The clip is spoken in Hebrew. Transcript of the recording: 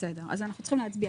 בסדר, אז אנחנו צריכים להצביע.